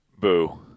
Boo